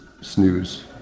snooze